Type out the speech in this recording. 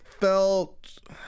felt